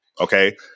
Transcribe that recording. Okay